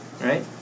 Right